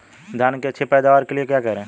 धान की अच्छी पैदावार के लिए क्या करें?